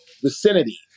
vicinity